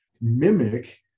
mimic